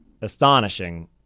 astonishing